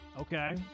Okay